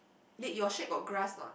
wait your shack got grass or not